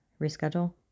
reschedule